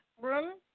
room